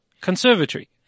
Conservatory